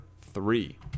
three